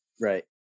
Right